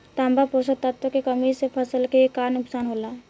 तांबा पोषक तत्व के कमी से फसल के का नुकसान होला?